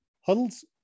Huddle's